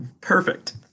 Perfect